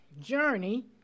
journey